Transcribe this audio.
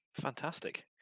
Fantastic